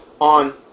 On